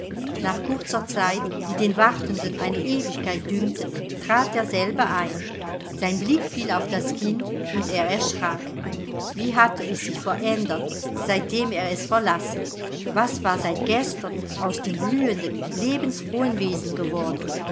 nach kurzer zeit die den wartenden eine ewigkeit dünkte trat derselbe ein sein blick fiel auf das kind und er erschrak wie hatte es sich verändert seitdem er es verlassen was war seit gestern aus dem blühenden lebensfrohen wesen geworden